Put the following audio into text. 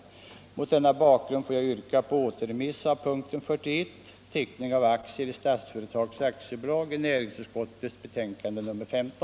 Därför ber jag, herr talman, att få yrka på återremiss av punkten 41, Teckning av aktier i Statsföretag AB, i näringsutskottets betänkande nr 15